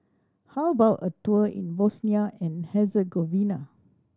how about a tour in Bosnia and Herzegovina